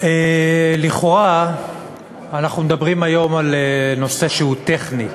לכאורה אנחנו מדברים היום על נושא שהוא טכני,